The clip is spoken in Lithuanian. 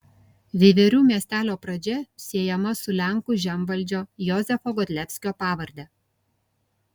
veiverių miestelio pradžia siejama su lenkų žemvaldžio jozefo godlevskio pavarde